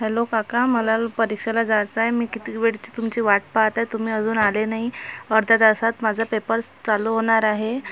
hello काका मला परीक्षेला जायचंय मी किती वेळची तुमची वाट पाहत आहे तुम्ही अजून आले नाही अर्ध्या तासात माझं पेपर स चालू होणार आहे